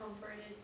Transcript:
comforted